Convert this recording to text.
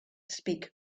speak